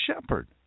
shepherd